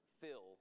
fill